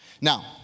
Now